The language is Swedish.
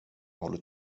håller